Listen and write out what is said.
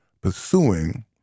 pursuing